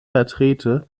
vertrete